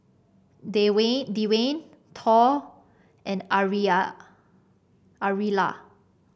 Dewayne Thor and Aurilla